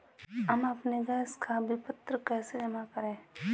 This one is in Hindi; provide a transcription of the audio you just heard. हम अपने गैस का विपत्र कैसे जमा करें?